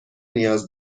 نیاز